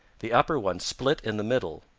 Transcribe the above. the upper one split in the middle.